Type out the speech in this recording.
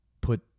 put